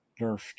nerfed